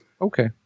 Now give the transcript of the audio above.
Okay